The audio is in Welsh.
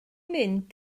mynd